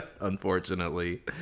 Unfortunately